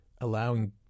allowing